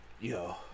Yo